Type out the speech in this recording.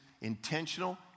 intentional